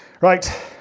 Right